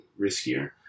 riskier